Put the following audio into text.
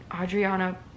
Adriana